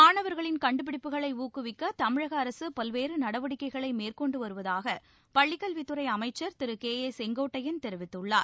மாணவர்களின் கண்டுபிடிப்புகளை ஊக்குவிக்க தமிழக அரசு பல்வேறு நடவடிக்கைகளை மேற்கொண்டு வருவதாக பள்ளிக்கல்வித்துறை அமைச்சர் திரு கே ஏ செங்கோட்டையள் தெரிவித்துள்ளார்